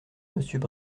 monsieur